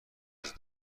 اجازه